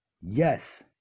Yes